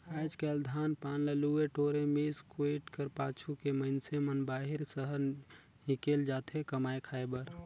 आएज काएल धान पान ल लुए टोरे, मिस कुइट कर पाछू के मइनसे मन बाहिर सहर हिकेल जाथे कमाए खाए बर